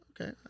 okay